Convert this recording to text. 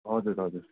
हजुर हजुर